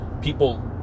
People